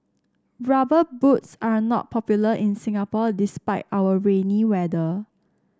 rubber boots are not popular in Singapore despite our rainy weather